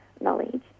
knowledge